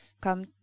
come